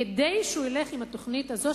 כדי שהוא ילך עם התוכנית הזאת,